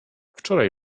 wczoraj